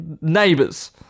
Neighbors